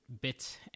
bits